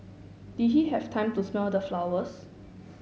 did he have time to smell the flowers